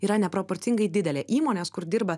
yra neproporcingai didelė įmonės kur dirba